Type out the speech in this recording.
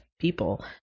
people